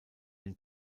dem